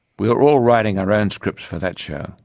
we are all writing our own scripts for that show,